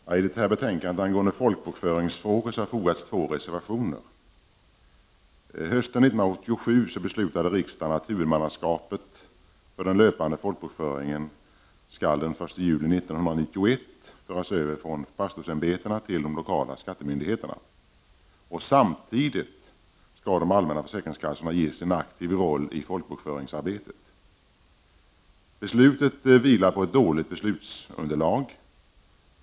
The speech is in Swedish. Herr talman! Till detta betänkande angående folkbokföringsfrågor har fogats två reservationer. Hösten 1987 beslutade riksdagen att huvudmannaskapet för den löpande folkbokföringen den 1 juli 1991 skall föras över från pastorsämbetena till de lokala skattemyndigheterna. Samtidigt skall de allmänna försäkringskassorna ges en aktiv roll i folkbokföringsarbetet. Beslutet vilar på ett dåligt beslutsunderlag.